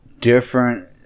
different